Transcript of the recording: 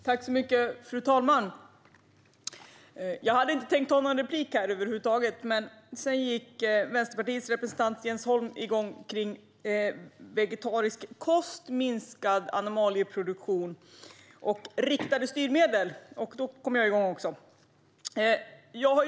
Fru talman! Jag hade inte tänkt ta någon replik här över huvud taget, men sedan kom Vänsterpartiets representant Jens Holm igång rörande vegetarisk kost, minskad animalieproduktion och riktade styrmedel, och då kom jag också igång.